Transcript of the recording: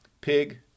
pig